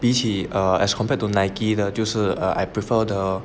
比起 err as compared to Nike 的就是 err I prefer